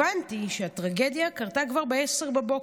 הבנתי שהטרגדיה קרתה כבר ב-10:00,